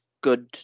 good